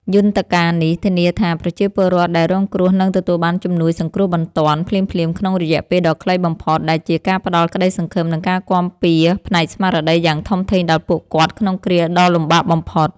យន្តការនេះធានាថា ប្រជាពលរដ្ឋដែលរងគ្រោះនឹងទទួលបានជំនួយសង្គ្រោះបន្ទាន់ភ្លាមៗក្នុងរយៈពេលដ៏ខ្លីបំផុត ដែលជាការផ្តល់ក្តីសង្ឃឹម និងការគាំពារផ្នែកស្មារតីយ៉ាងធំធេងដល់ពួកគាត់ក្នុងគ្រាដ៏លំបាកបំផុត។